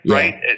right